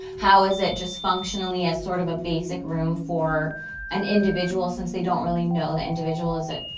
how is it just functionally as sort of a basic room for an individual since they don't really know the individual is it?